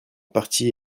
parti